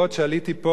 כשעליתי פה,